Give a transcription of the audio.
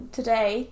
today